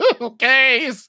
Okay